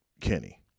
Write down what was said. Kenny